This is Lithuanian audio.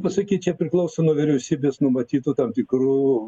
pasakyt čia priklauso nuo vyriausybės numatytų tam tikrų